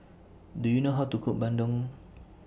Do YOU know How to Cook Bandung